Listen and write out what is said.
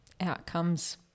outcomes